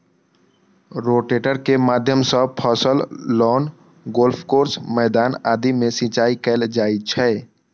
rotator के माध्यम सं फसल, लॉन, गोल्फ कोर्स, मैदान आदि मे सिंचाइ कैल जाइ छै